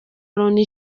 loni